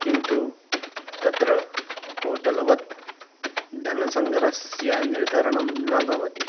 किन्तु तत्र होटल् वत् धनसङ्ग्रहस्य निर्धरणं न भवति